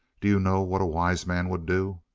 do you know what a wise man would do?